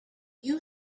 you